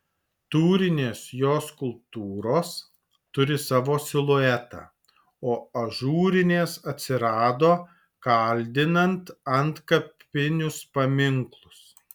tūrinės jo skulptūros turi savo siluetą o ažūrinės atsirado kaldinant antkapinius paminklus